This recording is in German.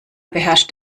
beherrscht